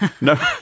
No